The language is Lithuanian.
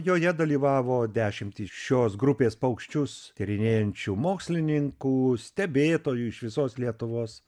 joje dalyvavo dešimtys šios grupės paukščius tyrinėjančių mokslininkų stebėtojų iš visos lietuvos